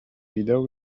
videl